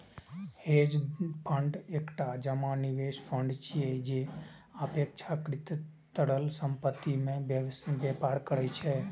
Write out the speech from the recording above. hedge fund एकटा जमा निवेश फंड छियै, जे अपेक्षाकृत तरल संपत्ति मे व्यापार करै छै